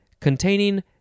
containing